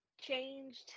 changed